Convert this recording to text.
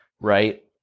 right